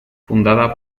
fundada